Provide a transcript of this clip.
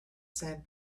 sand